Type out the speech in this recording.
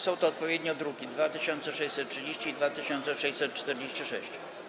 Są to odpowiednio druki nr 2630 i 2646.